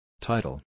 Title